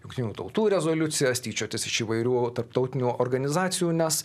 jungtinių tautų rezoliucijas tyčiotis iš įvairių tarptautinių organizacijų nes